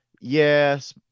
Yes